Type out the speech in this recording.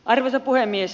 arvoisa puhemies